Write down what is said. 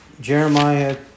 Jeremiah